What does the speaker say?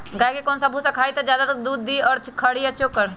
गाय कौन सा भूसा खाई त ज्यादा दूध दी खरी या चोकर?